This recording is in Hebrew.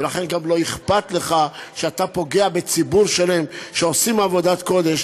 ולכן גם לא אכפת לך שאתה פוגע בציבור שלם שעושה עבודת קודש.